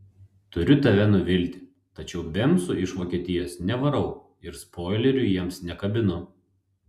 turiu tave nuvilti tačiau bemsų iš vokietijos nevarau ir spoilerių jiems nekabinu